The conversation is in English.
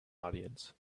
audience